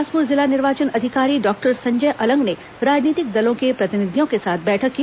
बिलासपुर जिला निर्वाचन अधिकारी डॉक्टर संजय अलंग ने राजनीतिक दलों के प्रतिनिधियों के साथ बैठक की